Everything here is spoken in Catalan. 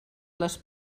les